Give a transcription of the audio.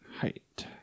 Height